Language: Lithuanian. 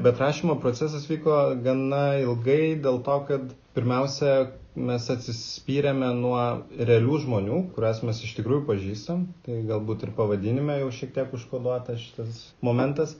bet rašymo procesas vyko gana ilgai dėl to kad pirmiausia mes atsispyrėme nuo realių žmonių kuriuos mes iš tikrųjų pažįstam galbūt ir pavadinime jau šiek tiek užkoduota šitas momentas